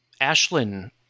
Ashlyn